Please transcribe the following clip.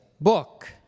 book